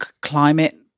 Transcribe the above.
climate